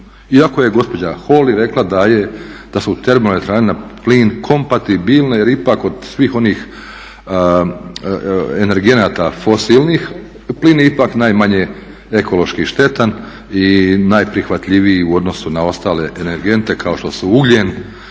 Iako je gospođa Holy rekla da su termoelektrane na plin kompatibilne jer ipak od svih onih energenata fosilnih plin je ipak najmanje ekološki štetan i najprihvatljiviji u odnosu na ostale energente kao što su ugljen